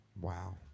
Wow